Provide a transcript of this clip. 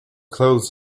clothes